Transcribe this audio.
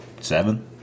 Seven